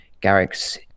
Garrick's